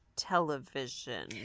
television